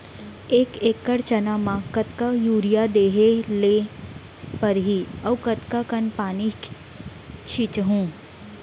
एक एकड़ चना म कतका यूरिया देहे ल परहि अऊ कतका कन पानी छींचहुं?